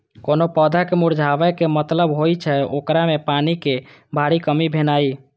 कोनो पौधा के मुरझाबै के मतलब होइ छै, ओकरा मे पानिक भारी कमी भेनाइ